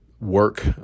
work